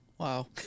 Wow